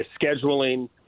scheduling